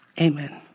Amen